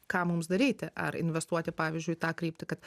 ką mums daryti ar investuoti pavyzdžiui į tą kryptį kad